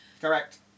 correct